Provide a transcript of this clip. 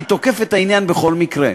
אני תוקף את העניין בכל מקרה.